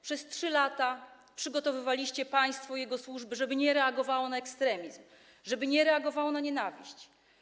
Przez 3 lata przygotowywaliście państwo, jego służby, żeby nie reagowały na ekstremizm, żeby nie reagowały na nienawiść.